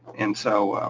and so,